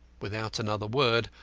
without another word,